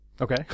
Okay